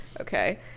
okay